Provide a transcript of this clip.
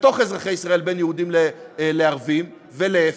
בתוך אזרחי ישראל בין יהודים לערבים ולהפך,